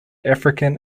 african